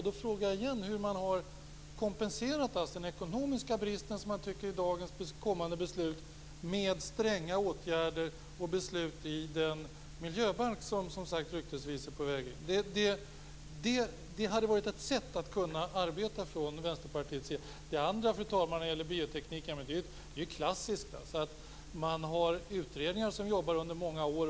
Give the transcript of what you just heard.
Jag frågar igen hur man har kompenserat den ekonomiska bristen i kommande beslut med stränga åtgärder i den miljöbalk som ryktesvis är på väg. Det hade varit ett sätt att kunna arbeta från Vänsterpartiets sida. Det andra, utredningen om bioteknikinformation, är ju klassiskt. Man har utredningar som arbetar under många år.